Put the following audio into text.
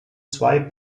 zwei